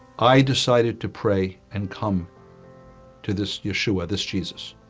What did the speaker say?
i decided to pray and come to, this, yeshua, this jesus